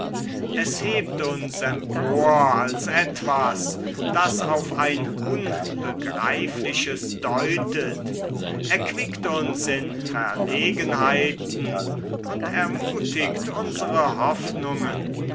es hebt uns empor als etwas das auf ein unbegreifliches deutet erquickt uns in verlegenheiten und ermutigt unsere hoffnungen